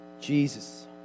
Jesus